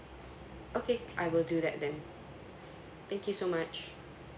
okay I will do that then thank you so much